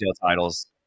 titles